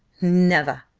never!